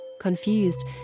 Confused